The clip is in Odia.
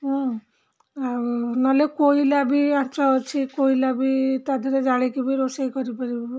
ହୁଁ ଆଉ ନହେଲେ କୋଇଲା ବି ଆଞ୍ଚ ଅଛି କୋଇଲା ବି ତାଧିଅରେ ଜାଳିକି ବି ରୋଷେଇ କରିପାରିବୁ